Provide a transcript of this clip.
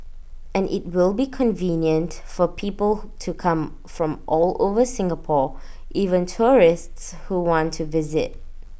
and IT will be convenient for people to come from all over Singapore even tourists who want to visit